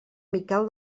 miquel